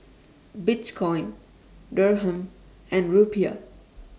Bitcoin Dirham and Rupiah